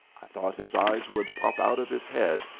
i thought his eyes would pop out of his head,